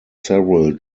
several